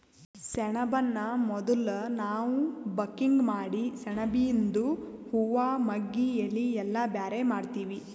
ಸೆಣಬನ್ನ ಮೊದುಲ್ ನಾವ್ ಬಕಿಂಗ್ ಮಾಡಿ ಸೆಣಬಿಯಿಂದು ಹೂವಾ ಮಗ್ಗಿ ಎಲಿ ಎಲ್ಲಾ ಬ್ಯಾರೆ ಮಾಡ್ತೀವಿ